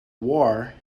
war